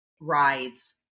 rides